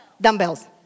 Dumbbells